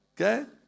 Okay